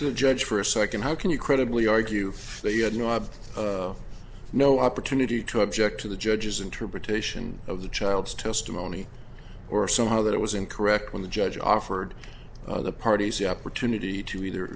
the judge for a second how can you credibly argue that you had no i've no opportunity to object to the judge's interpretation of the child's testimony or somehow that it was incorrect when the judge offered the parties the opportunity to either